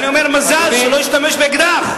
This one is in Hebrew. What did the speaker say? אני אומר, מזל שהוא לא השתמש באקדח.